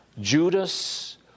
Judas